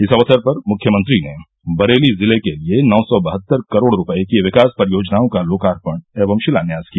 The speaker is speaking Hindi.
इस अवसर पर मुख्यमंत्री ने बरेली जिले के लिए नौ सौ बहत्तर करोड़ रुपए की विकास योजनाओं का लोकार्पण एवं शिलान्यास किया